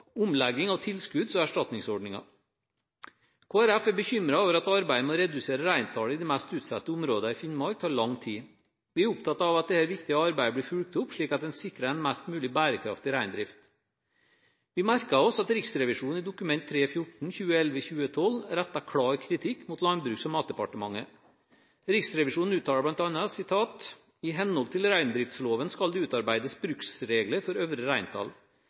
omlegging av tilskudds- og erstatningsordninger. Kristelig Folkeparti er bekymret over at arbeidet med å redusere reintallet i de mest utsatte områdene i Finnmark tar lang tid. Vi er opptatt av at dette viktige arbeidet blir fulgt opp, slik at en sikrer en mest mulig bærekraftig reindrift. Vi merker oss at Riksrevisjonen i Dokument 3:14 for 2011–2012 retter klar kritikk mot Landbruks- og matdepartementet. Riksrevisjonen uttaler bl.a.: «I henhold til reindriftsloven skal det utarbeides bruksregler med øvre reintall. Bruksregler er en forutsetning for at bestemmelser om øvre reintall